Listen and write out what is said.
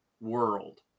world